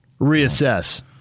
reassess